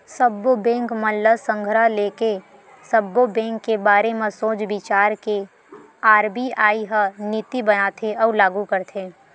सब्बो बेंक मन ल संघरा लेके, सब्बो बेंक के बारे म सोच बिचार के आर.बी.आई ह नीति बनाथे अउ लागू करथे